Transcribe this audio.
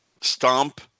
Stomp